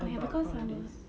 about all of these